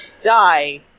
die